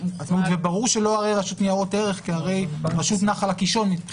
וברור שלא הרי רשות ניירות ערך כרשות נחל הקישון.